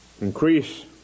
Increase